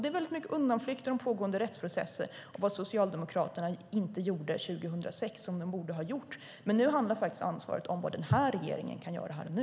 Det är väldigt mycket undanflykter om pågående rättsprocesser och vad Socialdemokraterna inte gjorde 2006 som de borde ha gjort. Men nu handlar det om denna regerings ansvar och vad den kan göra här och nu.